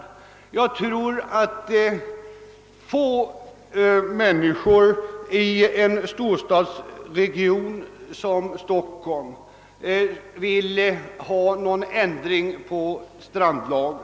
Jag tror att få människor i en storstadsregion som Stockholmsområdet vill ha en ändring i strandlagen.